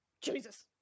Jesus